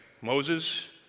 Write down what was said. Moses